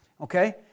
okay